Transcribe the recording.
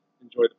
enjoy